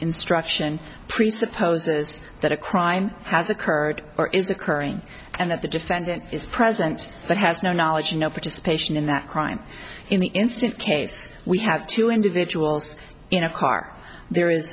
instruction presupposes that a crime has occurred or is occurring and that the defendant is present but has no knowledge no participation in that crime in the instant case we have two individuals in a car there is